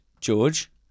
George